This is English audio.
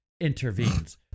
Intervenes